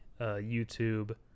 YouTube